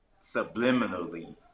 subliminally